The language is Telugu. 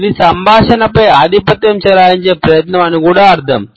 ఇది సంభాషణపై ఆధిపత్యం చెలాయించే ప్రయత్నం అని కూడా అర్ధం